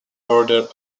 order